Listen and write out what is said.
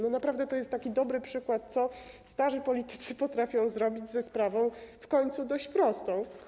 Naprawdę to jest dobry przykład, co starzy politycy potrafią zrobić ze sprawą w końcu dość prostą.